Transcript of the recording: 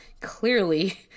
clearly